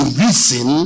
reason